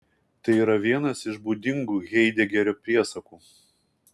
tai yra vienas iš būdingų haidegerio priesakų